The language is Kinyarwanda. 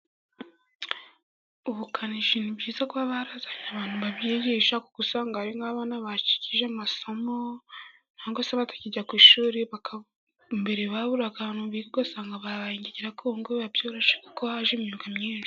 Ubukanishi ni bwiza kuba barazanye abantu babyigisha, kuko usanga hari nk'abantu bacikishije amasomo, cyangwa se batakijya ku ishuri mbere baburaga ahantu biga ugasanga babaye ingegera, ariko ubu ngubu byoroshye kuko haje imyuga myinshi.